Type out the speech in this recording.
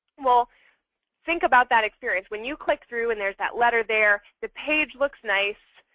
well think about that experience. when you click through and there's that letter there, the page looks nice.